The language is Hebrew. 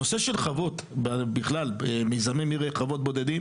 בנושא החוות בכלל מיזמי מרעה, חוות בודדים